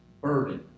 burden